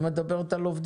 אם את מדברת על עובדים,